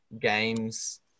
games